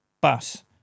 Bus